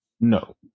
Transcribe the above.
no